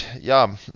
Ja